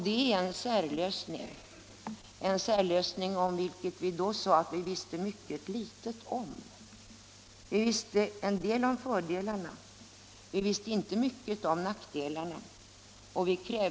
Det är en särlösning —- en särlösning som vi sade att vi visste mycket litet om. Vi visste en del om fördelarna. Vi visste inte mycket om nackdelarna.